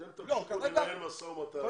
אתם תמשיכו לנהל משא ומתן --- לא,